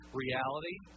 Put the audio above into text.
reality